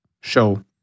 show